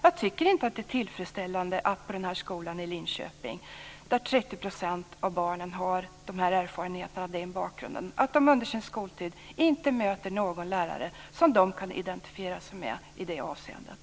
Jag tycker inte att det är tillfredsställande att barn på skolan i Linköping, där 30 % av barnen har de här erfarenheterna och har nämnda bakgrund, under sin skoltid inte möter någon lärare som de i det här avseendet kan identifiera sig med.